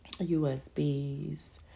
USBs